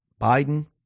Biden